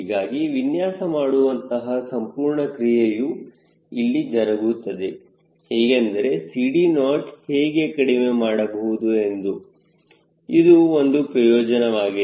ಹೀಗಾಗಿ ವಿನ್ಯಾಸ ಮಾಡುವಂತಹ ಸಂಪೂರ್ಣ ಕ್ರಿಯೆಯು ಇಲ್ಲಿ ಜರುಗುತ್ತದೆ ಹೇಗೆಂದರೆ CD0 ಹೇಗೆ ಕಡಿಮೆ ಮಾಡಬಹುದು ಎಂದು ಇದು ಒಂದು ಪ್ರಯೋಜನವಾಗಿದೆ